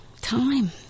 Time